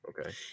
Okay